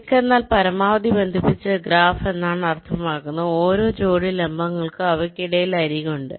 click എന്നാൽ പരമാവധി ബന്ധിപ്പിച്ച ഗ്രാഫ് എന്നാണ് അർത്ഥമാക്കുന്നത് ഓരോ ജോടി ലംബങ്ങൾക്കും അവയ്ക്കിടയിൽ അരികുണ്ട്